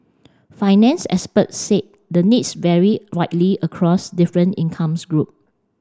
finance experts said the needs vary widely across different incomes groups